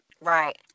right